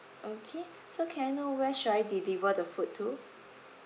okay so can I know where should I deliver the food to